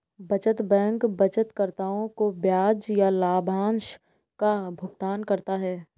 बचत बैंक बचतकर्ताओं को ब्याज या लाभांश का भुगतान करता है